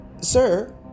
sir